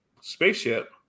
spaceship